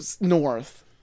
north